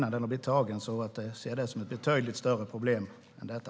Jag ser det som ett betydligt större problem än detta.